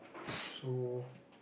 so